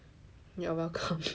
you are welcome